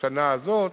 השנה הזאת,